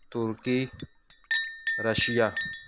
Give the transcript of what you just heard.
Turkey Russia